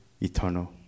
eternal